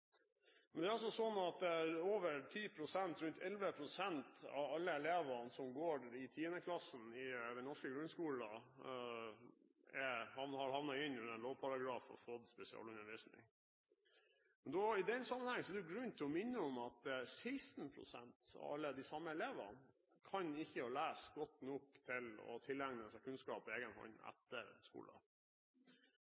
Men det er altså slik at over 10 pst., rundt 11 pst., av alle elevene som går i 10. klasse i den norske grunnskolen, har havnet innunder en lovparagraf og fått spesialundervisning. I den sammenheng er det grunn til å minne om at 16 pst. av de samme elevene kan ikke lese godt nok til å tilegne seg kunnskap på egen hånd